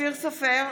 אופיר סופר,